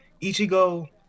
Ichigo